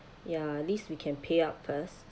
ya at least we can pay up first